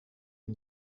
een